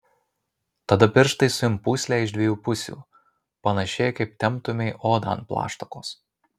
tada pirštais suimk pūslę iš dviejų pusių panašiai kaip temptumei odą ant plaštakos